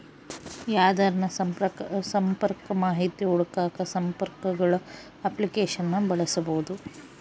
ಯಾರ್ದನ ಸಂಪರ್ಕ ಮಾಹಿತಿ ಹುಡುಕಾಕ ಸಂಪರ್ಕಗುಳ ಅಪ್ಲಿಕೇಶನ್ನ ಬಳಸ್ಬೋದು